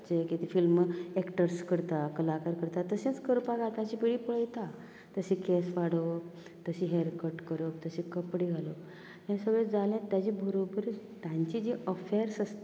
जें कितें film actors करता कलाकार करता तशेंच करपाक आताची पिळी पळयता तशें केंस वाडोवप तशें हेरकट करप तशें कपडे घालप हें सगलें जालें ताचे बरोबर तांचे जे अफेर्स आसतात